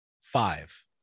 Five